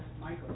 Michael